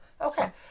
Okay